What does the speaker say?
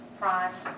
price